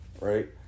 right